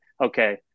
okay